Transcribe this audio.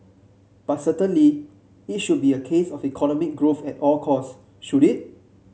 but certainly it should be a case of economic growth at all costs should it